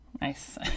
Nice